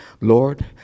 Lord